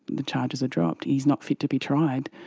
the charges are dropped, he is not fit to be tried.